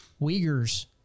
Uyghurs